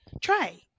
Try